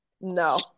No